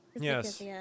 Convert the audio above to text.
Yes